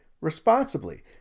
responsibly